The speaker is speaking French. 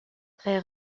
très